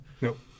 Nope